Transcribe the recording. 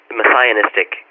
messianistic